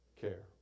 care